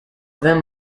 then